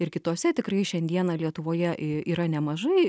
ir kitose tikrai šiandieną lietuvoje yra nemažai